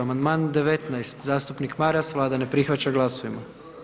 Amandman 19, zastupnik Maras, Vlada ne prihvaća, glasujmo.